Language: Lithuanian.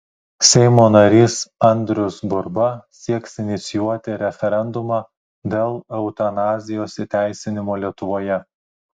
seimo narys andrius burba sieks inicijuoti referendumą dėl eutanazijos įteisinimo lietuvoje